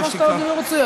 כמה שאדוני רוצה.